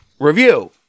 review